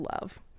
love